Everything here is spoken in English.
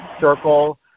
circle